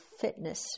fitness